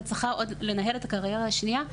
וצריכה עוד לנהל את הקריירה השנייה.